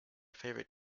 favorite